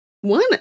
One